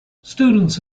students